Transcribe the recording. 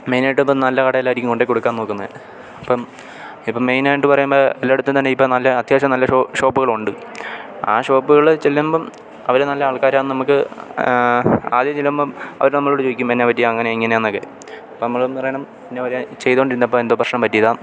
മെയിനായിട്ട് ഇപ്പം നല്ല കടയിലായിരിക്കും കൊണ്ടേ കൊടുക്കാൻ നോക്കുന്നത് അപ്പം ഇപ്പം മെയിനായിട്ട് പറയുമ്പോൾ എല്ലായിടത്തും തന്നെ ഇപ്പം നല്ല അത്യാവശ്യം നല്ല ഷോ ഷോപ്പുകളുണ്ട് ആ ഷോപ്പുകളിൽ ചെല്ലുമ്പം അവർ നല്ല ആൾക്കാരാണെന്നു നമുക്ക് ആദ്യം ചെല്ലുമ്പം അവർ നമ്മളോട് ചോദിയ്ക്കും എന്നാ പറ്റി അങ്ങനെ ഇങ്ങനെയാണെന്നൊക്കെ അപ്പം നമ്മൾ പറയണം ഇന്ന പോലെ ചെയ്തു കൊണ്ടിരുന്നപ്പം എന്തോ പ്രശ്നം പറ്റിയതാണ്